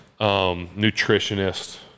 nutritionist